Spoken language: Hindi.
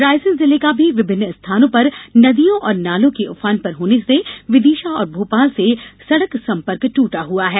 रायसेन जिले का भी विभिन्न स्थानों पर नदियों और नालों के उफान पर होने से विदिशा और भोपाल से सड़क संपर्क ट्रटा हुआ है